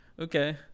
okay